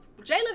Jalen